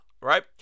right